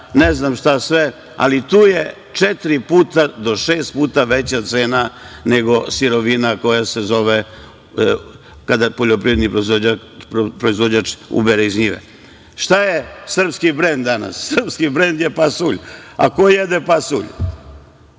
ne znam šta sve, ali tu je četiri do šest puta veća cena nego sirovina kada poljoprivredni proizvođač ubere iz njive. Šta je srpski brend danas? Srpski brend je pasulj. A ko jede pasulj?